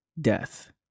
death